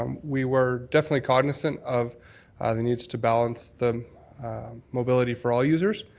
we were definitely cognizant of the needs to balance them mobility for all users.